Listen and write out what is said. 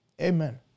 Amen